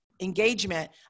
engagement